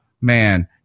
man –